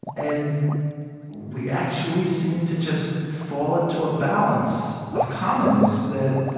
and we actually seemed to just fall into a balance of commonness that.